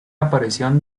aparición